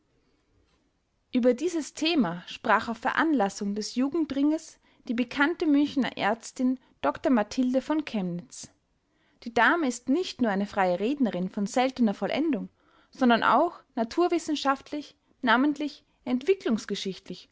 über dieses thema sprach auf veranlassung des jugendringes die bekannte münchener ärztin dr mathilde von kemnitz die dame ist nicht nur eine freie rednerin von seltener vollendung sondern auch naturwissenschaftlich namentlich